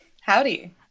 Howdy